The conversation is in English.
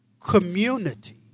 community